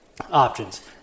options